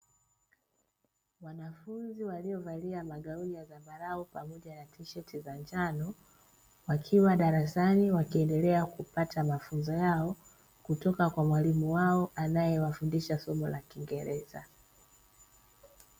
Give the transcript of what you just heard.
Wanafunzi waliovalia magauni ya zambarau pamoja na tisheti za njano, wakiwa darasani wakiendelea kupata mafunzo yao, kutoka kwa mwalimu wao anayewafundisha somo la kingereza.